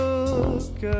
Look